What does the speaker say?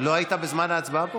לא היית בזמן ההצבעה פה?